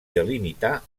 delimitar